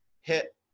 hit